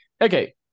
Okay